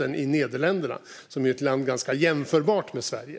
Det har hänt i Nederländerna, som är ett land ganska jämförbart med Sverige.